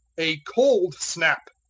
a cold snap.